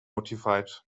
notified